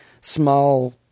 small